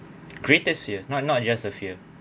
greatest fear not not just a fear